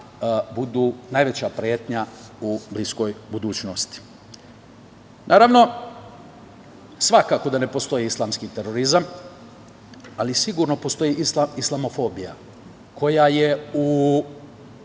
budu najveća pretnja u bliskoj budućnosti. Naravno, svakako da ne postoji islamski terorizam, ali sigurno postoji islamofobija koja je u